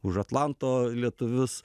už atlanto lietuvius